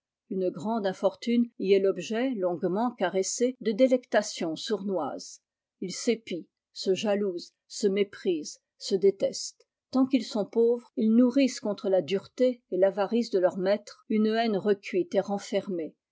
une grande infor y est l'objet longuement caressé de délecb ns sournoises ils s'épient se jalousent se s risent se détestent tant qu'ils sont pauvres ils nourrissent contre la vie des abeilles vresjils nourrissent contrôla dureté et l'avarice de leurs maîtres une haine recuite et renfermée